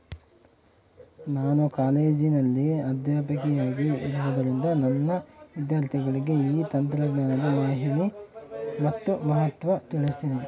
ನಾನು ಕಾಲೇಜಿನಲ್ಲಿ ಅಧ್ಯಾಪಕಿಯಾಗಿರುವುದರಿಂದ ನನ್ನ ವಿದ್ಯಾರ್ಥಿಗಳಿಗೆ ಈ ತಂತ್ರಜ್ಞಾನದ ಮಾಹಿನಿ ಮತ್ತು ಮಹತ್ವ ತಿಳ್ಸೀನಿ